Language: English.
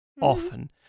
often